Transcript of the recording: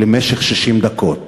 למשך 60 דקות,